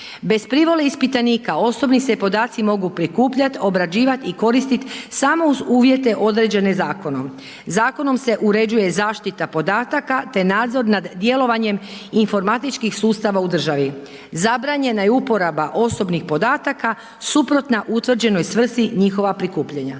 Bez privole ispitanika osobni se podaci mogu prikupljat, obrađivat i koristit samo uz uvjete određene zakonom. Zakonom se uređuje zaštita podataka te nadzor nad djelovanjem informatičkih sustava u državi. Zabranjena je uporaba osobnih podataka suprotna utvrđenoj svrsi njihova prikupljanja,